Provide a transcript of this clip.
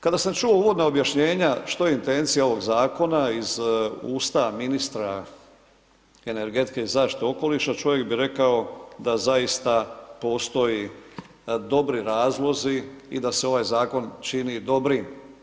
Kada sam čuo uvodno objašnjenja što je intencija ovog zakona iz usta ministra energetike i zaštite okoliša čovjek bi rekao da zaista postoje dobri razlozi i da se ovaj zakon čini dobrim.